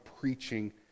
preaching